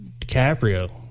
DiCaprio